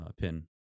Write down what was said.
pin